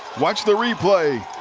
watch the replay.